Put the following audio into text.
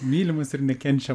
mylimas ir nekenčia